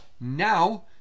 Now